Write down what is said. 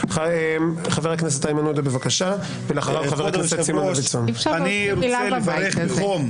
חבר הכנסת קריב, אתה במשפט האחרון.